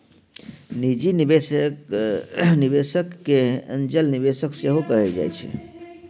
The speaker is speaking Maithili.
निजी निबेशक केँ एंजल निबेशक सेहो कहल जाइ छै